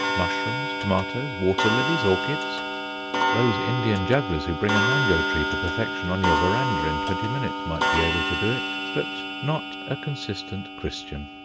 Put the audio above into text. mushrooms, tomatoes, water-lilies, orchids those indian jugglers who bring a mango-tree to perfection on your verandah in twenty minutes might be able to do it, but not a consistent christian.